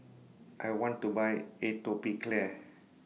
I want to Buy Atopiclair